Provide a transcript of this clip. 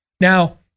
Now